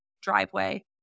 driveway